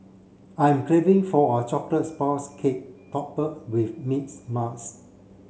I'm craving for a chocolates sponge cake with mints